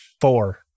four